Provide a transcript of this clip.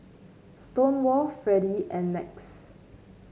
Stonewall Freddy and Max